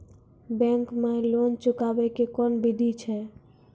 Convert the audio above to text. Bank माई loan चुकाबे के कोन बिधि छै?